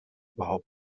überhaupt